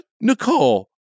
Nicole